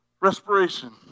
respiration